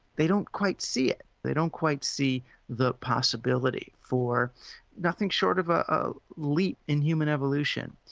they don't quite see it, they don't quite see the possibility for nothing short of a ah leap in human evolution.